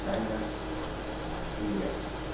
China India